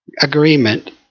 agreement